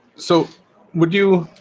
so would you?